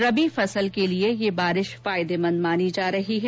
रबी फसल के लिये यह बारिश फायदेमंद मानी जा रही है